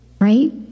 right